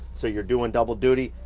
so you're doing double duty.